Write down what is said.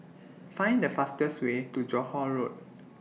Find The fastest Way to Johore Road